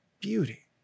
beauty